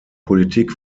politik